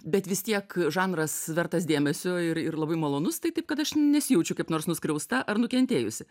bet vis tiek žanras vertas dėmesio ir ir labai malonus tai taip kad aš nesijaučiu kaip nors nuskriausta ar nukentėjusi